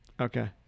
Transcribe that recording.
okay